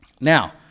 Now